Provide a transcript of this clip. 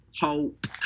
Hope